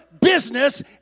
business